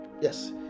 Yes